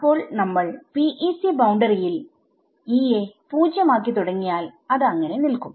അപ്പോൾ നമ്മൾ PEC ബൌണ്ടറിയിൽ E യെ 0 ആക്കി തുടങ്ങിയാൽ അത് അങ്ങനെ നിൽക്കും